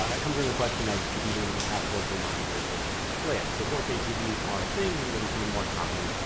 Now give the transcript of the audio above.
um it comes in to the question of, do people even have four k monitors where they can display it? so four k tvs are a thing and they're becoming more common.